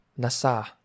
nasa